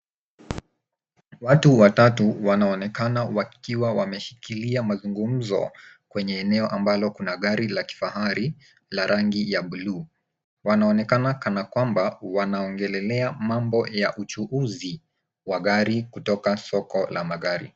Watu watatu wanaonekana wakiwa wameshikilia mazungumzo kwenye eneo ambalo kuna gari la kifahari la rangi ya bluu. Wanaonekana kana kwamba wanaongelelea mambo ya uchuuzi wa gari kutoka soko la magari.